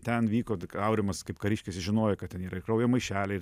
ten vyko tik aurimas kaip kariškis jis žinojo kad ten yra ir kraujo maišeliai